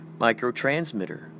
microtransmitter